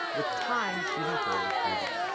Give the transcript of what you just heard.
with time moving forward through them.